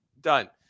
done